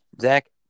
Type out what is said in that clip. Zach